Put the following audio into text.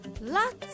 lots